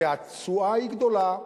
כי התשואה היא גדולה,